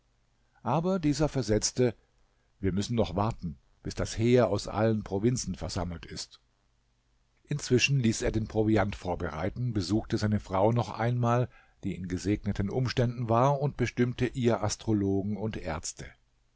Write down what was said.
aber dieser versetzte wir müssen noch warten bis das heer aus allen provinzen versammelt ist inzwischen ließ er den proviant vorbereiten besuchte seine frau noch einmal die in gesegneten umständen war und bestimmte ihr astrologen und ärzte